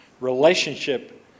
relationship